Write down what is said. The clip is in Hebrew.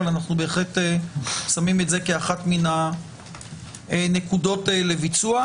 אבל אנחנו בהחלט שמים את זה כאחת מן הנקודות לביצוע.